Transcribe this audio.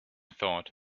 thought